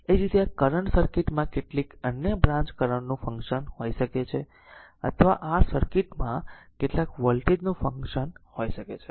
એ જ રીતે આ કરંટ સર્કિટ માં કેટલીક અન્ય બ્રાંચ કરંટ નું ફંક્શન હોઈ શકે છે અથવા r સર્કિટ માં કેટલાક વોલ્ટેજ નું ફંક્શન હોઈ શકે છે